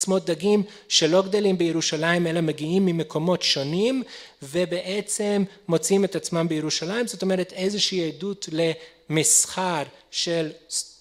עצמות דגים שלא גדלים בירושלים אלא מגיעים ממקומות שונים, ובעצם מוצאים את עצמם בירושלים זאת אומרת איזושהי עדות למסחר של